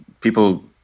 people